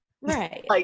Right